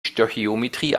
stöchiometrie